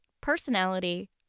personality